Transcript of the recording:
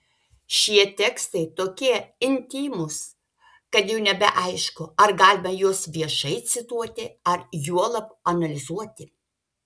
šie tekstai tokie intymūs kad jau nebeaišku ar galima juos viešai cituoti ir juolab analizuoti